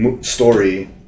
story